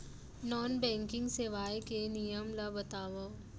Non banking सेवाएं के नियम ला बतावव?